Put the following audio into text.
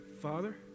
Father